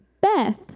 beth